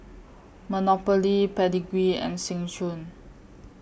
Monopoly Pedigree and Seng Choon